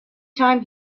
time